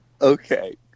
Okay